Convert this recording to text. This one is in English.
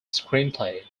screenplay